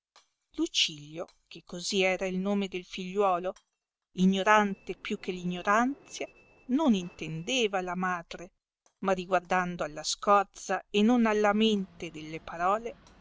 lucilio che così era il nome del figliuolo ignorante più che l'ignoranzia non intendeva la madre ma risguardando alla scorza e non alla mente delle parole